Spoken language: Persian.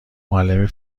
معلم